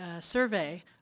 survey